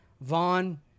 Vaughn